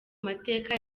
mateka